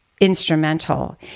instrumental